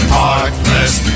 Heartless